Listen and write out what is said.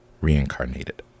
reincarnated